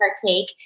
partake